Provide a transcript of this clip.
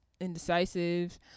indecisive